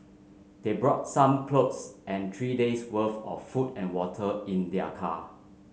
they brought some clothes and three days worth of food and water in their car